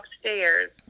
upstairs